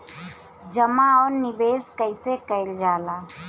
जमा और निवेश कइसे कइल जाला?